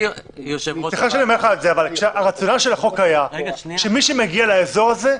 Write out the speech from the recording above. אבל הרציונל של החוק היא שמי שמגיע לאזור הזה,